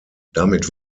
damit